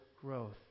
growth